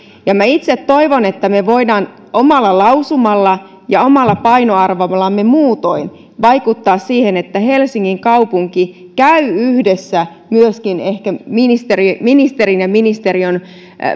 minä itse toivon että me voimme omalla lausumallamme ja omalla painoarvollamme muutoin vaikuttaa siihen että helsingin kaupunki käy yhdessä myöskin ehkä ministerin ja ministeriön